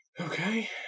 Okay